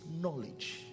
knowledge